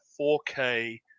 4K